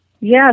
Yes